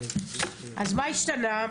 אז מה השתנה?